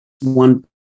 one